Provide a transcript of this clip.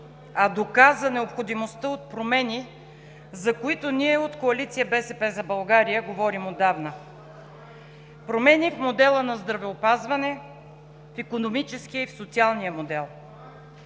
НИНОВА: …необходимостта от промени, за които, ние от Коалиция „БСП за България“, говорим отдавна – промени в модела на здравеопазване, в икономическия и в социалния модел.